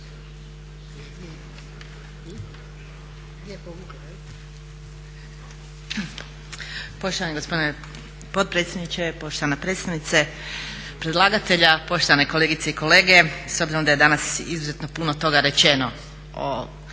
Poštovani gospodine potpredsjedniče, poštovana predstavnice predlagatelja, poštovane kolegice i kolege. S obzirom da je danas izuzetno puno toga rečeno o ovoj